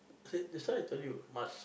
said that's why I told you must